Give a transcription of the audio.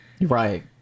right